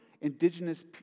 indigenous